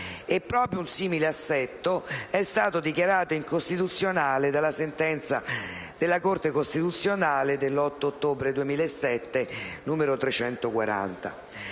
e proprio un simile assetto è stato dichiarato incostituzionale dalla sentenza della Corte costituzionale dell'8 ottobre 2007, n. 340.